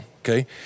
okay